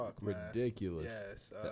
ridiculous